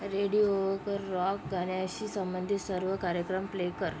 रेडिओकर rock गाण्याशी संबंधित सर्व कार्यक्रम प्ले कर